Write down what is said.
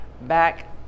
back